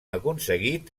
aconseguit